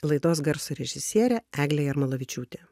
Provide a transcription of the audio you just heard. laidos garso režisierė eglė jarmalavičiūtė